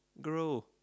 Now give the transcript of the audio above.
grow